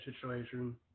situation